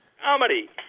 comedy